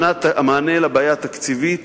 המענה לבעיה התקציבית